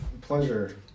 pleasure